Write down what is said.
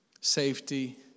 safety